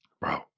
Bro